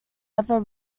ever